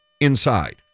inside